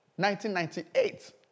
1998